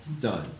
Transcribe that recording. done